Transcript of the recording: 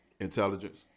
Intelligence